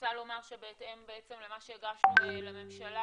רוצה לומר שבהתאם למה שהגשנו לממשלה